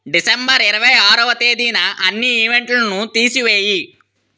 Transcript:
December ఇరవై ఆరొవ తేదీన అన్నీ ఈవెంట్లను తీసివేయి